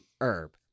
herb